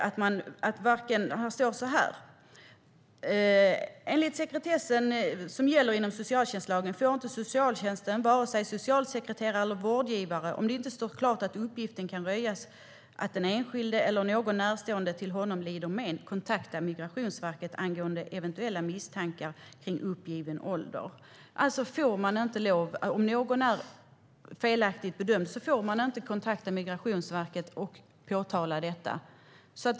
Det står så här: "På grund av sekretessen som gäller inom socialtjänsten får inte socialtjänsten - vare sig socialsekreteraren eller vårdgivaren - om det inte står klart att uppgiften kan röjas utan att den enskilde eller någon närstående till honom lider men - kontakta Migrationsverket angående eventuella misstankar kring uppgiven ålder." Om någon är felaktigt bedömd får man alltså inte kontakta Migrationsverket och påtala detta.